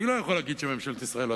אני לא יכול להגיד שממשלת ישראל לא